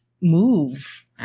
move